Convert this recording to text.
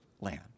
land